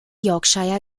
yorkshire